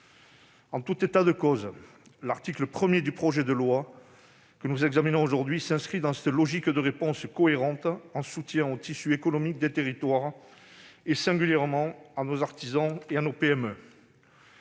En tout état de cause, l'article 1 du projet de loi que nous examinons aujourd'hui s'inscrit dans cette logique de réponse cohérente en soutien au tissu économique des territoires, singulièrement à nos artisans et à nos PME.